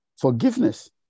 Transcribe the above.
forgiveness